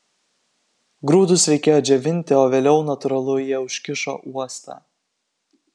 grūdus reikėjo džiovinti o vėliau natūralu jie užkišo uostą